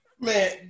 Man